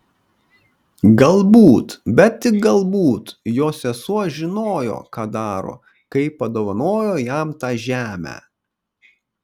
galbūt bet tik galbūt jo sesuo žinojo ką daro kai padovanojo jam tą žemę